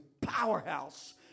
powerhouse